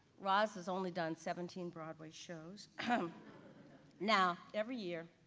ross has only done seventeen broadway shows. now every year,